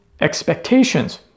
expectations